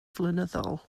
flynyddol